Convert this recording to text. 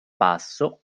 passo